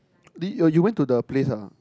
did oh you went to the place ah